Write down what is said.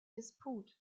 disput